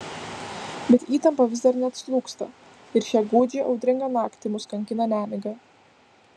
bet įtampa vis dar neatslūgsta ir šią gūdžią audringą naktį mus kankina nemiga